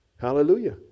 Hallelujah